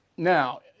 Now